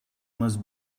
must